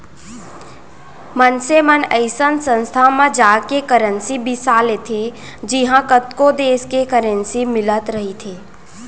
मनसे मन अइसन संस्था म जाके करेंसी बिसा लेथे जिहॉं कतको देस के करेंसी मिलत रहिथे